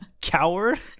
coward